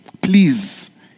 Please